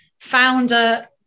founder